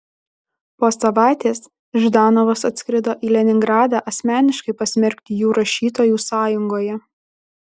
po savaitės ždanovas atskrido į leningradą asmeniškai pasmerkti jų rašytojų sąjungoje